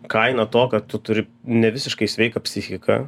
kaina to kad tu turi ne visiškai sveiką psichiką